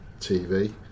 TV